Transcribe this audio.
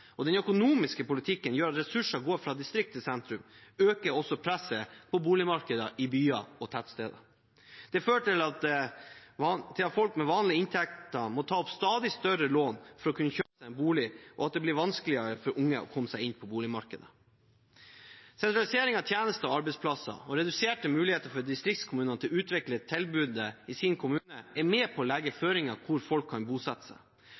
øker også presset på boligmarkedet i byer og tettsteder. Det fører til at folk med vanlige inntekter må ta opp stadig større lån for å kunne kjøpe seg en bolig, og at det blir vanskeligere for unge å komme seg inn på boligmarkedet. Sentralisering av tjenester og arbeidsplasser og reduserte muligheter for distriktskommunene til å utvikle et tilbud i sin kommune er med på å legge føringer for hvor folk kan bosette seg.